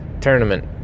Tournament